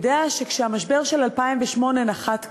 יודע שכשהמשבר של 2008 נחת כאן,